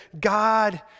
God